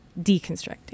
deconstructing